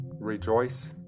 Rejoice